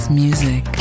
music